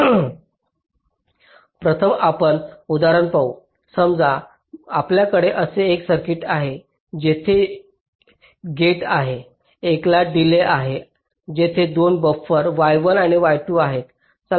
प्रथम आपण उदाहरण पाहू समजा आपल्याकडे असे एक सर्किट आहे जिथे येथे गेट आहे 1 ला डिलेज आहे तेथे 2 बफर y1 आणि y2 आहेत